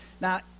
Now